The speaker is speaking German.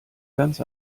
ganz